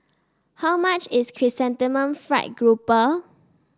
how much is Chrysanthemum Fried Grouper